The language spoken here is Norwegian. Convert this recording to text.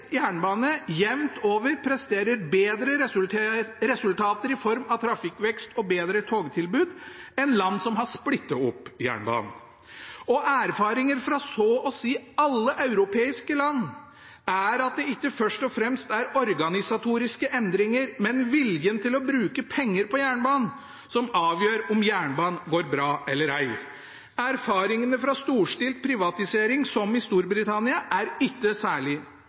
jernbane jevnt over presterer bedre resultater i form av trafikkvekst og bedre togtilbud enn land som har splittet opp jernbanen. Erfaringer fra så å si alle europeiske land er at det ikke først og fremst er organisatoriske endringer, men viljen til å bruke penger på jernbanen som avgjør om jernbanen går bra eller ei. Erfaringene fra en storstilt privatisering, som i Storbritannia, er ikke særlig